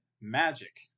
Magic